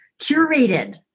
curated